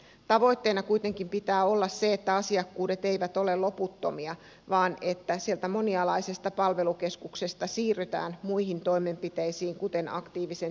tavoitteena kuitenkin pitää olla se että asiakkuudet eivät ole loputtomia vaan sieltä monialaisesta palvelukeskuksesta siirrytään muihin toimenpiteisiin kuten aktiivisen työvoimapolitiikan toimiin